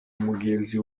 mugenzi